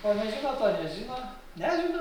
ko nežino to nežino nežinau